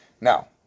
Now